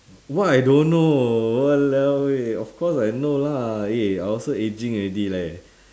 what I don't know !walao! eh of course I know lah eh I also aging already leh